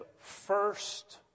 first